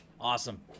Awesome